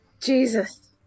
Jesus